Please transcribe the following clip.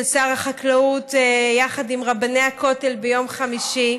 שר החקלאות יחד עם רבני הכותל ביום חמישי,